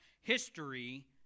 history